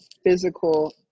physical